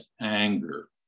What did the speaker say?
anger